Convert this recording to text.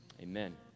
Amen